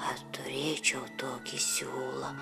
ar turėčiau tokį siūlą